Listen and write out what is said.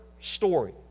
story